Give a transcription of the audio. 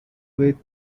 with